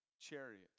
chariot